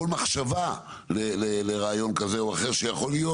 כל מחשבה לרעיון כזה או אחר שיכול להיות